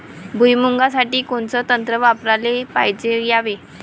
भुइमुगा साठी कोनचं तंत्र वापराले पायजे यावे?